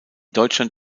deutschland